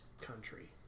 country